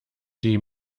die